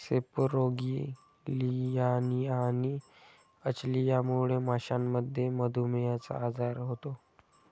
सेपेरोगेलियानिया आणि अचलियामुळे माशांमध्ये मधुमेहचा आजार होतो